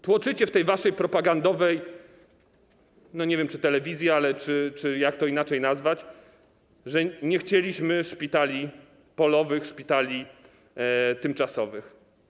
Tłoczycie w tej waszej propagandowej, no nie wiem, czy telewizji, ale jak to inaczej nazwać, że nie chcieliśmy szpitali polowych, szpitali tymczasowych.